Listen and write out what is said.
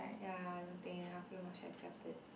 ya routine and I'll feel much happier after it